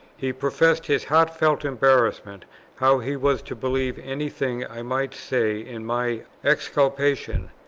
he professed his heartfelt embarrassment how he was to believe any thing i might say in my exculpation,